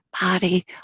body